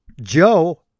Joe